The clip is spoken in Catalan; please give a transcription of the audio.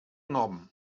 nom